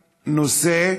ברשותכם,